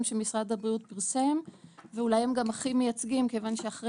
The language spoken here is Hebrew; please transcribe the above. שמשרד הבריאות פרסם ואולי הם גם הכי מייצגים כיוון שאחרי